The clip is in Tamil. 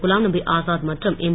குலாம்நபி ஆசாத் மற்றும் எம்